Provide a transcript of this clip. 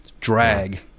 drag